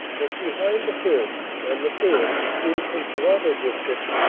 was behind the first. and the third, recruited from toronto district,